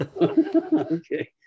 Okay